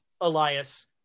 Elias